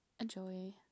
enjoy